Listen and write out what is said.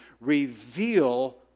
reveal